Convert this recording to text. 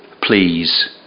please